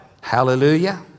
Hallelujah